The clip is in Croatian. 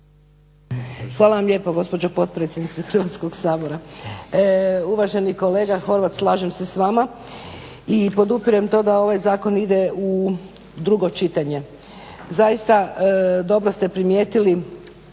Hvala vam lijepo gospođo potpredsjednice Hrvatskog sabora. Uvaženi kolega Horvat, slažem se s vama i podupirem to da ovaj zakon ide u drugo čitanje. Zaista, dobro ste primijetili